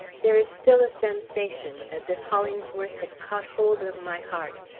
there is still a sensation as if hollingsworth had caught hold of my heart,